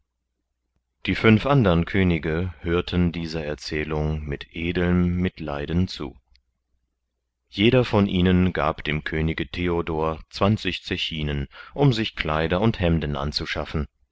die fünf andern könige hörten dieser erzählung mit edelm mitleiden zu jeder von ihnen gab dem könige theodor zwanzig zechinen um sich kleider und hemden anzuschaffen